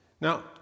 Now